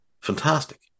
Fantastic